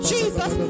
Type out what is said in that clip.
Jesus